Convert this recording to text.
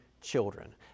children